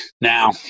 Now